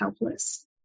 helpless